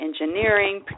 engineering